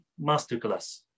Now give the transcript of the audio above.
masterclass